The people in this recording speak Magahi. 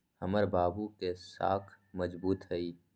हमर बाबू के साख मजगुत हइ